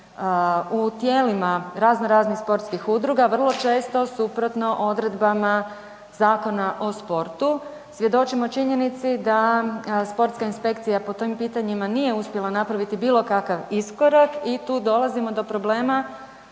u tijelima razno raznih sportskih udruga, vrlo često suprotno često odredbama Zakona o sportu. Svjedočimo činjenici da sportska inspekcija po tim pitanjima nije uspjela napraviti bilo kakav iskorak i tu dolazimo do problema